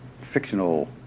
fictional